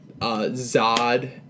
Zod